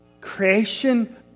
Creation